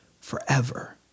forever